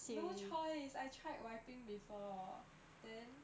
no choice I tried wiping before then